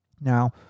Now